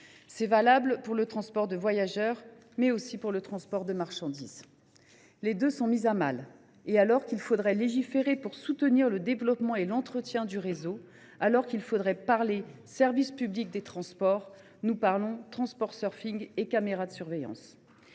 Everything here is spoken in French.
sont valables pour le transport de voyageurs, mais aussi pour le transport de marchandises. Les deux sont mis à mal. Alors qu’il faudrait légiférer pour soutenir le développement et l’entretien du réseau, alors qu’il faudrait parler service public des transports, nous parlons et caméras de surveillance